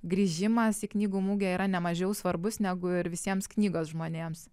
grįžimas į knygų mugę yra nemažiau svarbus negu ir visiems knygos žmonėms